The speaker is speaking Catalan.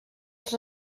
els